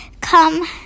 come